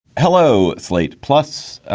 hello. slate plus,